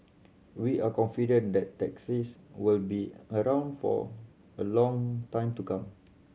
we are confident that taxis will be around for a long time to come